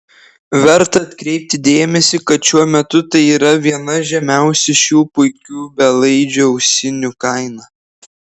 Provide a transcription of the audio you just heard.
verta atkreipti dėmesį kad šiuo metu tai yra viena žemiausių šių puikių belaidžių ausinių kaina